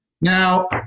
Now